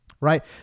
Right